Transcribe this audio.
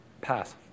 Pass